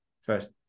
first